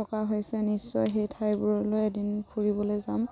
থকা হৈছে নিশ্চয় সেই ঠাইবোৰলৈ এদিন ফুৰিবলৈ যাম